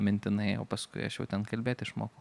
mintinai o paskui aš jau ten kalbėt išmokau